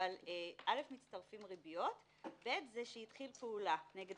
אבל אל"ף- מצטרפות ריביות ובי"ת זה נחשב תחילת פעילות נגד